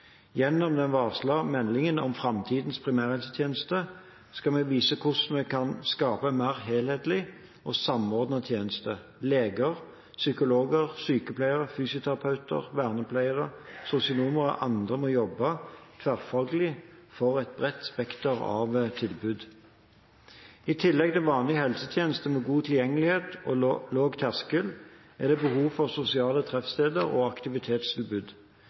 Gjennom den varslede meldingen om framtidens primærhelsetjeneste skal vi vise hvordan vi kan skape en mer helhetlig og samordnet tjeneste. Leger, psykologer, sykepleiere, fysioterapeuter, vernepleiere, sosionomer og andre må jobbe tverrfaglig for et bredt spekter av tilbud. I tillegg til vanlige helsetjenester med god tilgjengelighet og lav terskel er det behov for sosiale treffsteder og aktivitetstilbud.